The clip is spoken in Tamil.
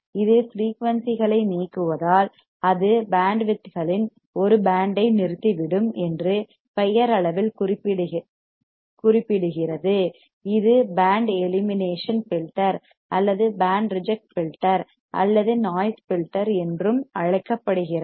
இது ஃபிரீயூன்சிகளை நீக்குவதால் அது பேண்ட் வித்களின் ஒரு பேண்ட் ஐ நிறுத்திவிடும் என்று பெயர் அளவில் குறிப்பிடுகிறது இது பேண்ட் எலிமினேஷன் ஃபில்டர் அல்லது பேண்ட் ரிஜெக்ட் ஃபில்டர் அல்லது நாய்ஸ் ஃபில்டர் என்றும் அழைக்கப்படுகிறது